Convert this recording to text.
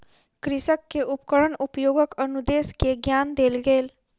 कृषक के उपकरण उपयोगक अनुदेश के ज्ञान देल गेल